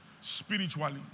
Spiritually